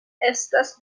estas